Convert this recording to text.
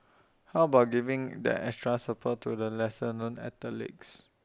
how about giving that extra support to the lesser known athletes